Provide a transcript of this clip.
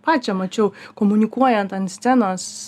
pačią mačiau komunikuojant ant scenos